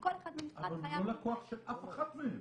וכל אחד מהם בנפרד חייב --- אבל הוא לא לקוח של אף אחד מהם.